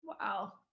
wow